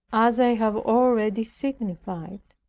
as i have already signified.